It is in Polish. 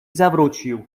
zawrócił